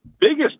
biggest